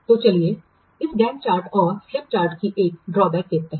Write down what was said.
तो चलिए इस गैन्ट चार्ट और स्लिप चैट की एक ड्रॉबैक देखते हैं